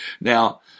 Now